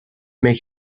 make